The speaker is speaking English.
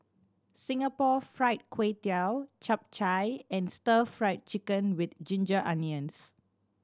Singapore Fried Kway Tiao Chap Chai and Stir Fried Chicken With Ginger Onions